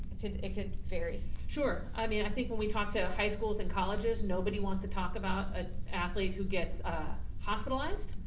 it could vary. sure, i mean i think when we talk to high schools and colleges nobody wants to talk about an athlete who gets ah hospitalized.